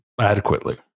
adequately